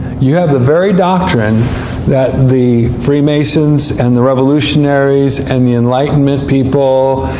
you have the very doctrine that the freemasons, and the revolutionaries, and the enlightenment people,